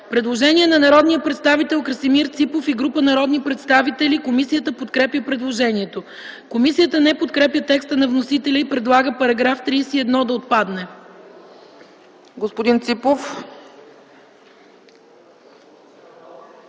Предложение на народния представител Красимир Ципов и група народни представители. Комисията подкрепя предложението. Комисията не подкрепя текста на вносителя и предлага § 31 да отпадне. ПРЕДСЕДАТЕЛ